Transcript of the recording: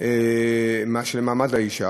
למעמד האישה,